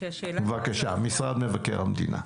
ויש כאן נציג של משרד מבקר המדינה: